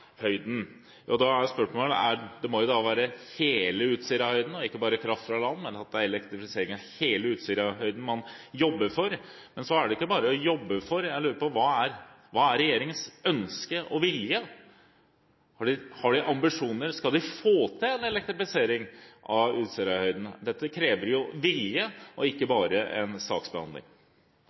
og da er spørsmålet: Det må jo da være hele Utsirahøyden – og ikke bare kraft fra land, men at man jobber for elektrifisering av hele Utsirahøyden? Men så er det ikke bare «å jobbe for». Jeg lurer på hva som er regjeringens ønske og vilje – har de ambisjoner, skal de få til en elektrifisering av Utsirahøyden? Dette krever jo vilje og ikke bare en saksbehandling.